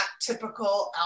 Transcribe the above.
typical